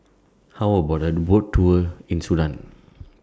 How about A Boat Tour in Sudan